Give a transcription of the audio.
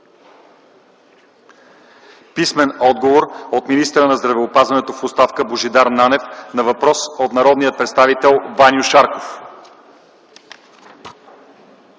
Писмен отговор от министъра на здравеопазването в оставка Божидар Нанев на въпрос от народния представител Ваньо Шарков.